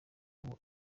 ubu